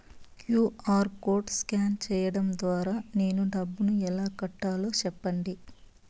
QR code scan సేయడం ద్వారా నేను డబ్బును ఎలా కట్టాలో సెప్పండి?